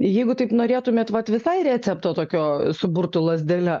jeigu taip norėtumėt vat visai recepto tokio su burtų lazdele